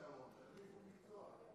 ניסו לתת להם פתרון: